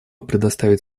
предоставить